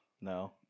No